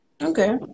Okay